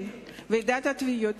כן, ועידת התביעות.